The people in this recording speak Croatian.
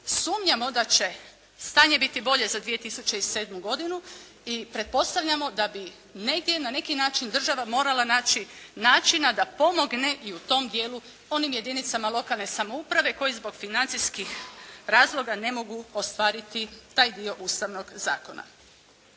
sumnjamo da će stanje biti bolje za 2007. godinu i pretpostavljamo da bi negdje na neki način država morala naći načina da pomogne i u tom dijelu onim jedinicama lokalne samouprave koji zbog financijskih razloga ne mogu ostvariti taj dio Ustavnog zakona.